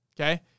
okay